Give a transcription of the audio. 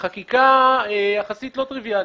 ובחקיקה יחסית לא טריוויאלית,